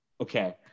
Okay